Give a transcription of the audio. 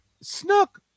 Snook